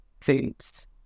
foods